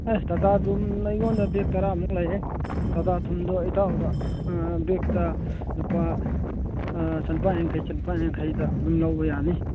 ꯑꯦ ꯇꯥꯇꯥ ꯊꯨꯝ ꯑꯩꯉꯣꯟꯗ ꯕꯦꯒ ꯇꯔꯥꯃꯨꯛ ꯂꯩꯔꯦ ꯇꯥꯇꯥ ꯊꯨꯝꯗꯨ ꯏꯇꯥꯎꯗ ꯕꯦꯒꯇ ꯂꯨꯄꯥ ꯆꯥꯅꯤꯄꯥꯜ ꯌꯥꯡꯈꯩ ꯆꯥꯅꯤꯄꯥꯜ ꯌꯥꯡꯈꯩꯗ ꯑꯗꯨꯝ ꯂꯧꯕ ꯌꯥꯅꯤ